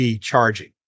charging